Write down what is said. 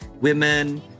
women